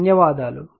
ధన్యవాదాలు